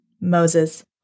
Moses